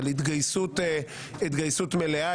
על התגייסות מלאה,